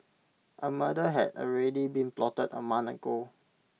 A murder had already been plotted A month ago